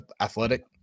athletic